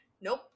Nope